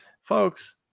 Folks